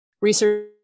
research